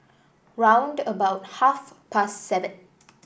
round about half past seven